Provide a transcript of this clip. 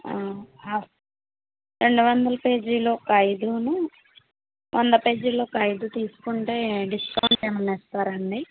రెండు వందల పేజీలు ఒక అయిదును వంద పేజీలు ఒక అయిదు తీసుకుంటే డిస్కౌంట్ ఏమన్నా ఇస్తారా అండీ